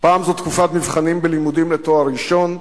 פעם זו תקופת מבחנים בלימודים לתואר ראשון,